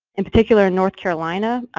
in particular in north carolina,